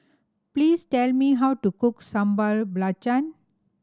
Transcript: please tell me how to cook Sambal Belacan